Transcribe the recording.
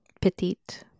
Petite